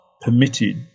permitted